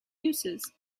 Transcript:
uses